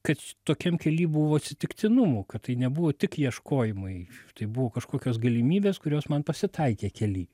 kad tokiam kely buvo atsitiktinumų kad tai nebuvo tik ieškojimai tai buvo kažkokios galimybės kurios man pasitaikė kely